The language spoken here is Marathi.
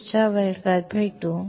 पुढच्या वर्गात भेटू